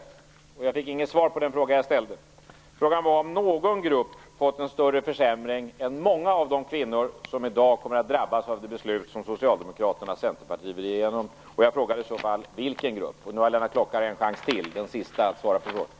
Jag fick inget svar på den fråga som jag ställde. Frågan var om någon grupp får en större försämring än många av de kvinnor som i dag kommer att drabbas av det beslut som Socialdemokraterna och Centerpartiet vill driva igenom. Jag undrade vilken grupp det i så fall gällde. Nu har Lennart Klockare en sista chans att svara på frågan.